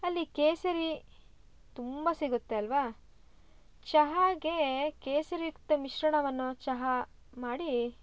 ಅಲ್ಲಿ ಕೇಸರಿ ತುಂಬ ಸಿಗುತ್ತೆ ಅಲ್ವಾ ಚಹಾಗೆ ಕೇಸರಿಯುಕ್ತ ಮಿಶ್ರಣವನ್ನು ಚಹಾ ಮಾಡಿ